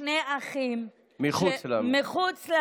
מנהל בית החולים אמר לי שהם בונים מרכז לשיקום,